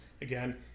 again